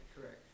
Correct